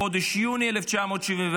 בחודש יוני 1974,